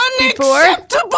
Unacceptable